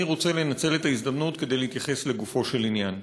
אני רוצה לנצל את ההזדמנות כדי להתייחס לגופו של עניין.